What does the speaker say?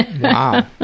Wow